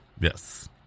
Yes